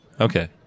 Okay